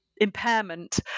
impairment